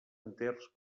enters